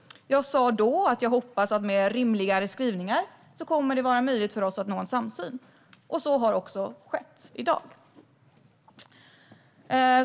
Jag sa då att jag hoppades att det med rimligare skrivningar skulle vara möjligt för oss att nå en samsyn. Så har också skett i dag.